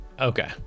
Okay